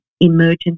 emergency